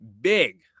big